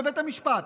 בבית המשפט,